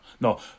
No